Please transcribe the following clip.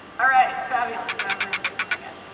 all right, fabulous. so everyone's raising their hands.